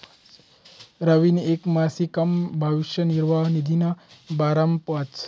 रवीनी येक मासिकमा भविष्य निर्वाह निधीना बारामा वाचं